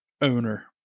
owner